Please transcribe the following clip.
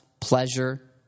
pleasure